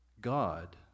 God